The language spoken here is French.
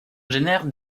génère